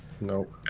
Nope